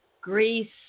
Greece